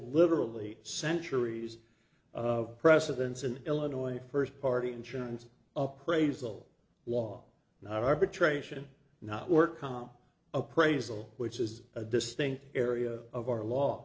literally centuries of precedence in illinois first party insurance appraisal law not arbitration not work comp appraisal which is a distinct area of our law